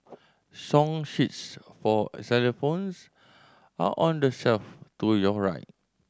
song sheets for xylophones are on the shelf to your right